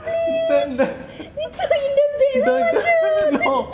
bukan lah jangan no